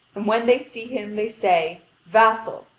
and when they see him they say vassal,